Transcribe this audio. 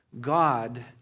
God